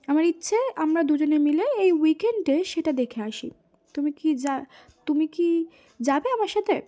আমার ইচ্ছে আমরা দুজনে মিলে এই উইকেন্ডে সেটা দেখে আসি তুমি কি যা তুমি কি যাবে আমার সাথে